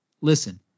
Listen